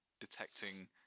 detecting